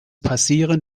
passieren